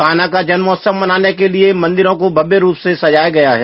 कान्हा का जन्मोत्सव मनाने के लिए मंदिरों को भव्य रूप से सजाया गया है